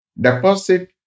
deposit